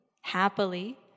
happily